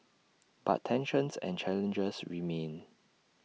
but tensions and challenges remain